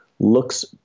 looks